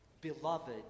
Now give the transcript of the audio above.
beloved